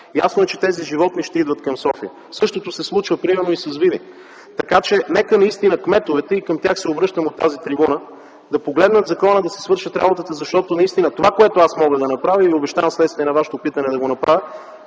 Ясно е, че тези животни ще идват към София. Същото се случва, примерно, и с Видин. Нека наистина кметовете – и към тях се обръщам от тази трибуна – да погледнат закона и да си свършат работата. Това, което аз мога да направя и обещавам вследствие на Вашето питане да го направя,